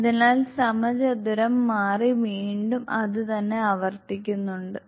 അതിനാൽ സമചതുരം മാറി വീണ്ടും അത് തന്നെ ആവർത്തിക്കുന്നുണ്ട്